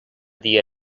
dia